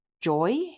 joy